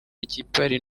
ikipari